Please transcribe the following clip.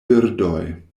birdoj